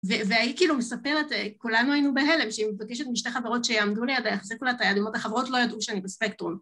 וההיא כאילו מספרת, כולנו היינו בהלם, שהיא מבקשת משתי חברות שיעמדו לידה, יחזיקו לה את היד, אמרות, החברות לא ידעו שאני בספקטרום.